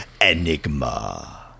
Enigma